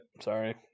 Sorry